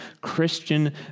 Christian